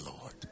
Lord